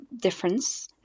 difference